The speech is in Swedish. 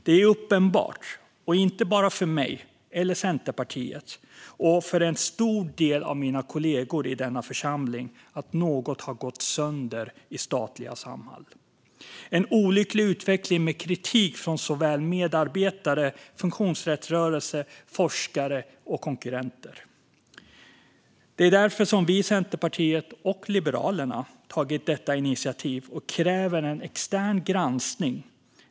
Det är uppenbart, inte bara för mig, Centerpartiet och för en stor del av mina kollegor i denna församling, att något har gått sönder i statliga Samhall. Det är en olycklig utveckling med kritik från medarbetare, funktionsrättsrörelsen, forskare och konkurrenter. Det är därför som Centerpartiet och Liberalerna har tagit detta initiativ och kräver en extern granskning.